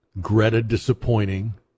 Greta-disappointing